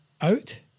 out